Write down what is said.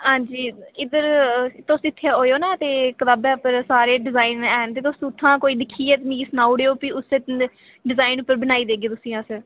हांजी इद्धर तुस इत्थै ओयो ना ते कताबा पर सारे डिजाइन हैन ते तुस इत्थुआं कोई दिक्खियै मिगी सनाऊ उड़ेयो फ्ही उस्सै डिजाइन उप्पर बनाई देगे तुसेंगी अस